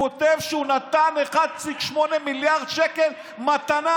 הוא כותב שהוא נתן 1.8 מיליארד שקל מתנה.